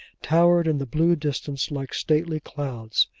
towered in the blue distance, like stately clouds.